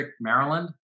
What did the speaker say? Maryland